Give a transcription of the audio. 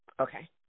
Okay